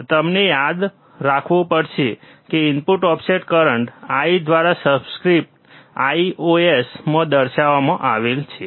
અને તમારે યાદ રાખવું પડશે કે ઇનપુટ ઓફસેટ કરંટ I દ્વારા સબસ્ક્રિપ્ટ Ios માં દર્શાવવામાં આવે છે